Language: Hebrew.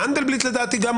לדעתי אתה